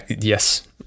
Yes